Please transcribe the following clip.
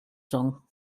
song